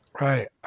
Right